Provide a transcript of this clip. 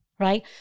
Right